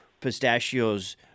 Pistachios